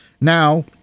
Now